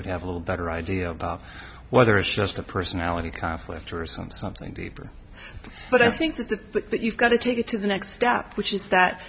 would have a little better idea about whether it's just a personality conflict or some something deeper but i think that you've got to take it to the next step which is that